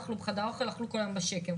נכנסו לחדר האוכל ואכלו כל הזמן בשקם.